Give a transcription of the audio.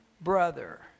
brother